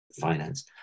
finance